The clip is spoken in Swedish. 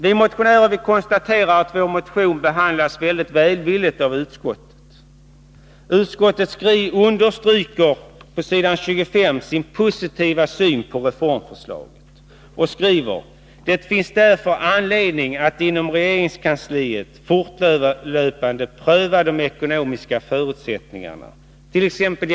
Vi motionärer konstaterar att vår motion behandlats mycket välvilligt av utskottet. På s. 25 understryker utskottet sin positiva syn på reformförslaget: ”Det finns därför anledning att inom regeringskansliet fortlöpande pröva de ekonomiska förutsättningarna —t.ex.